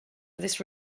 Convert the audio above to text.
this